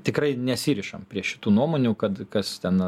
tikrai nesirišam prie šitų nuomonių kad kas ten